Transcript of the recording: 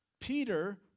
Peter